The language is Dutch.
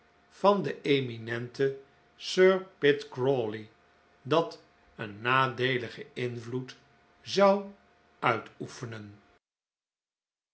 van den eminenten sir pitt crawley dat een nadeeligen invloed zou uitoefenen